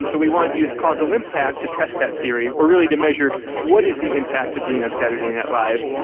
um so we wanted to use causal impact to test that theory or really to measure what is the impact of being on saturday night live.